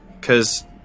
Cause